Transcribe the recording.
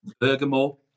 Bergamo